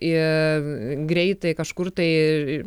ir greitai kažkur tai